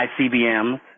ICBMs